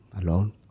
alone